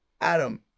Adam